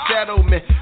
settlement